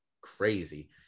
crazy